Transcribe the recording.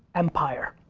empire.